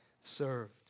served